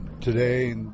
Today